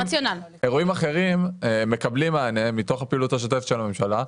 אירועים אחרים מקבלים מענה מתוך הפעילות השוטפת של הממשלה,